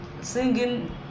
singing